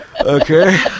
Okay